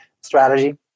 strategy